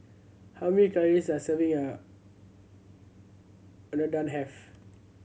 how many calories does serving a Unadon have